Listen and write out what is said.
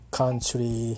country